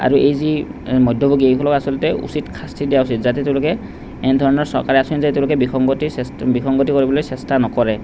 আৰু এই যি মধ্যভোগী এইসকলক আচলতে উচিত শাস্তি দিয়া উচিত যাতে তেওঁলোকে এনেধৰণৰ চৰকাৰী আঁচনিত যাতে তেওঁলোকে বিসংগতিৰ চেচ বিসংগতি কৰিবলৈ চেষ্টা নকৰে